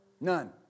None